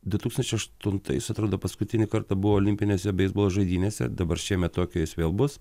du tūkstančiai aštuntais atrodo paskutinį kartą buvo olimpinėse beisbolo žaidynėse dabar šiemet tokijo jis vėl bus